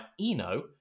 Eno